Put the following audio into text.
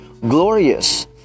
glorious